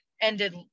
ended